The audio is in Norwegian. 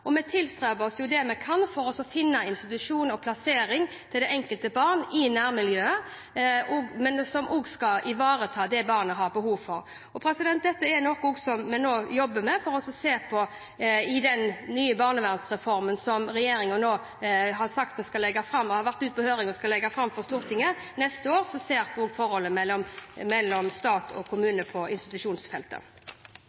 og vi bestreber oss så langt vi kan på å finne en institusjon og en plassering til det enkelte barn i nærmiljøet, men som også skal ivareta det barnet har behov for. Dette er noe vi nå jobber med, og i den nye barnevernsreformen som regjeringen har sagt den skal legge fram – som har vært ute på høring og skal legges fram for Stortinget neste år – vil vi også se på forholdet mellom stat og